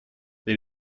they